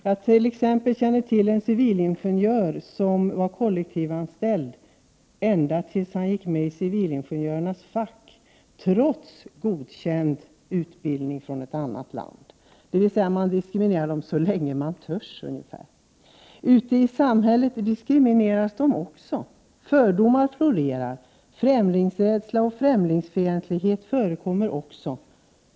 Jag känner exempelvis till en civilingenjör, som fick vara kollektivanställd ända till dess att han gick med i civilingenjörernas fack — detta trots att han hade godkänd utbildning från annat land. Det verkar som om man diskriminerar så länge man törs göra det. Ute i samhället diskrimineras dessa människor också. Fördomar florerar och främlingsrädsla och främlingsfientlighet förekommer.